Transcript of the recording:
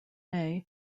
may